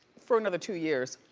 for another two years.